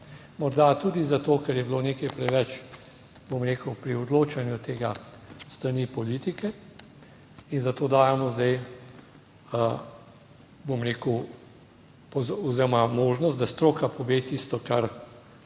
morda tudi zato, ker je bilo nekaj preveč, bom rekel, pri odločanju tega s strani politike, in zato dajemo zdaj bom rekel, oziroma možnost, da stroka pove tisto kar